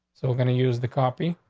so we're gonna use the copy,